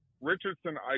Richardson